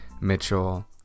Mitchell